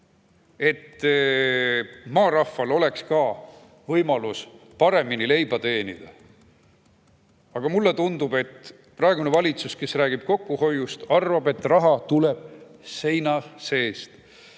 et maarahval oleks ka võimalus paremini leiba teenida. Aga mulle tundub, et praegune valitsus, kes räägib kokkuhoiust, arvab, et raha tuleb seina seest.